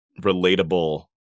relatable